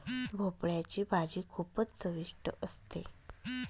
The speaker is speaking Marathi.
भोपळयाची भाजी खूपच चविष्ट असते